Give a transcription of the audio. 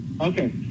Okay